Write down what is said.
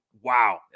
Wow